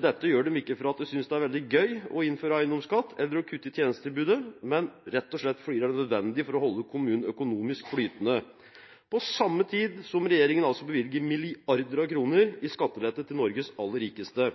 Dette gjør de ikke fordi de synes det er veldig gøy å innføre eiendomsskatt eller å kutte i tjenestetilbudet, men rett og slett fordi det er nødvendig for å holde kommunen økonomisk flytende, på samme tid som regjeringen altså bevilger milliarder av kroner i skattelette til Norges aller rikeste.